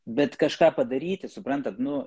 bet kažką padaryti suprantat nu